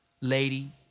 lady